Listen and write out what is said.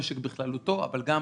ולכל המשק בכללותו אבל גם